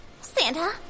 Santa